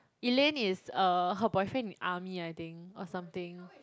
Elaine is uh her boyfriend in army I think or something